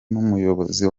n’umuyobozi